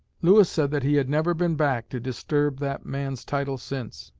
lewis said that he had never been back to disturb that man's title since.